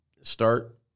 start